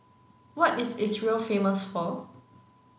what is Israel famous for